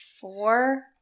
Four